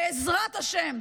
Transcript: בעזרת השם,